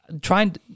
trying